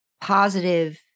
positive